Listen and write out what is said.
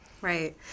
Right